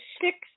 six